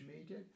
media